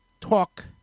talk